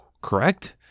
correct